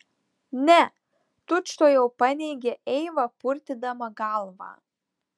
ne tučtuojau paneigė eiva purtydama galvą